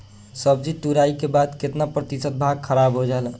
सब्जी तुराई के बाद केतना प्रतिशत भाग खराब हो जाला?